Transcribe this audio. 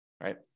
right